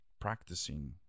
practicing